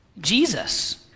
Jesus